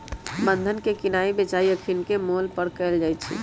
बन्धन के किनाइ बेचाई अखनीके मोल पर कएल जाइ छइ